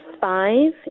five